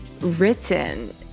written